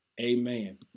Amen